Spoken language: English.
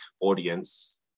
audience